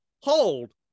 hold